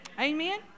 Amen